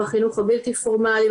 בחינוך הבלתי פורמלי,